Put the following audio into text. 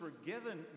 forgiven